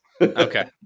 Okay